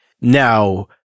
Now